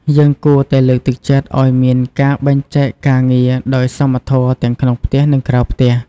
យើងគួរតែលើកទឹកចិត្តឲ្យមានការបែងចែកការងារដោយសមធម៌ទាំងក្នុងផ្ទះ និងក្រៅផ្ទះ។